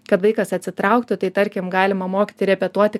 kad vaikas atsitrauktų tai tarkim galima mokyti repetuoti